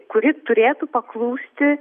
kuri turėtų paklūsti